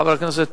חבר הכנסת